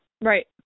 Right